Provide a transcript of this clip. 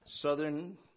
southern